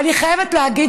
את אפילו לא